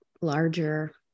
larger